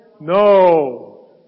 No